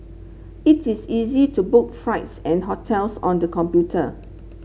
it is easy to book flights and hotels on the computer